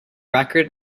record